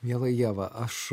miela ieva aš